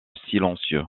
silencieux